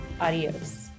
Adios